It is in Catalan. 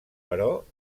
però